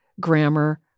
grammar